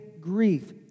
grief